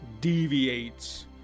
deviates